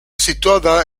situada